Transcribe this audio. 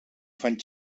fan